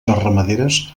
ramaderes